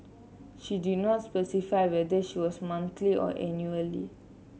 she did not specify whether she was monthly or annually